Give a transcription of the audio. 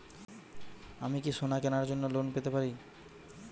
আমি কি সোনা কেনার জন্য লোন পেতে পারি?